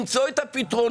למצוא את הפתרונות